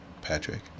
Patrick